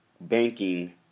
banking